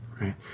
Right